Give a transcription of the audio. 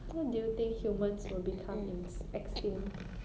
how do you think humans will become ins~ extinct